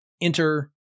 enter